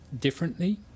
differently